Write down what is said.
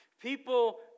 People